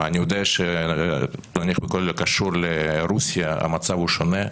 אני יודע שנניח בכל הקשור לרוסיה המצב הוא שונה.